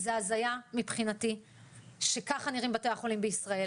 זו הזיה מבחינתי שככה נראים בתי החולים בישראל.